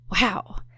Wow